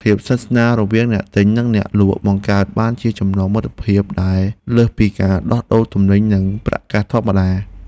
ភាពស្និទ្ធស្នាលរវាងអ្នកទិញនិងអ្នកលក់បង្កើតបានជាចំណងមិត្តភាពដែលលើសពីការដោះដូរទំនិញនិងប្រាក់កាសធម្មតា។